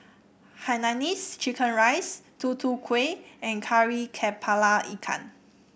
Hainanese Chicken Rice Tutu Kueh and Kari kepala Ikan